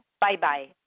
Bye-bye